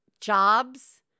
jobs